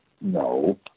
No